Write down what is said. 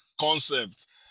concept